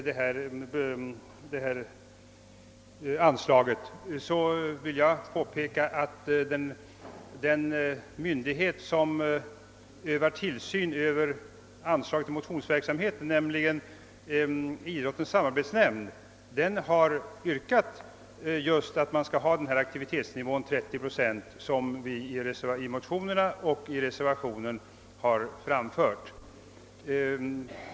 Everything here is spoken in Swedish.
detta anslag, vill jag påpeka att den myndighet som övar tillsyn över anslagen till motionsverksamhet, nämligen idrottens samarbetsnämnd, har yrkat att man skall ha nivån 30 procent, som vi förordat i motionerna och reservationen.